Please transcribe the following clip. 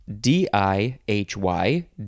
D-I-H-Y